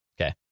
Okay